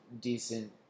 decent